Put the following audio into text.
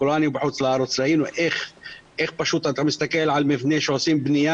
כולנו היינו בחוץ לארץ וראינו מבנה בבנייה,